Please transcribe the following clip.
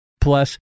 plus